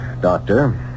doctor